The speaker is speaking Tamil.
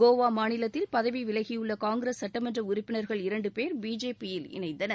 கோவா மாநிலத்தில் பதவி விலகியுள்ள காங்கிரஸ் சுட்டமன்ற உறுப்பினர்கள் இரண்டு பேர் பிஜேபியில் இணைந்தனர்